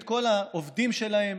את כל העובדים שלהם.